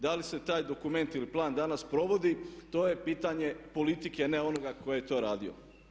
Da li se taj dokument ili plan danas provodi to je pitanje politike, a ne onoga tko je to radio.